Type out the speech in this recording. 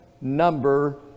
number